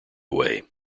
away